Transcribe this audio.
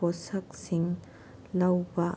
ꯄꯣꯠꯁꯛꯁꯤꯡ ꯂꯧꯕ